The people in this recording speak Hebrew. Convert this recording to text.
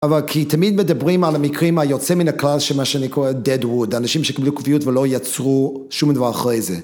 אבל כי תמיד מדברים על המקרים היוצא מן הכלל שמה שאני קורא dead wood, אנשים שקיבלו קביעות ולא יצרו שום דבר אחרי זה.